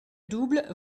double